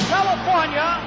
California